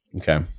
Okay